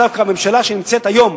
דווקא הממשלה שנמצאת היום,